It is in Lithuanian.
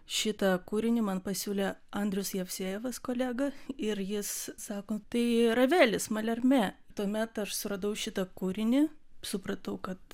šitą kūrinį man pasiūlė andrius jevsejevas kolega ir jis sako tai ravelis malerme tuomet aš suradau šitą kūrinį supratau kad